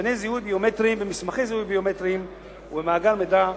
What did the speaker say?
ונתוני זיהוי ביומטריים במסמכי זיהוי ביומטריים ובמאגר מידע,